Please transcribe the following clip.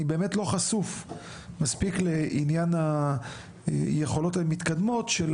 אני לא חשוף מספיק לעניין יכולות מתקדמות של